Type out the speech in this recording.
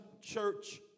church